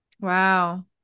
Wow